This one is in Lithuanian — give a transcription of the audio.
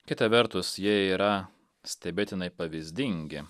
kita vertus jie yra stebėtinai pavyzdingi